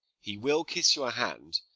he will kiss your hand,